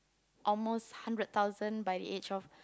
almost hundred thousand by the age of